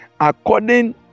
According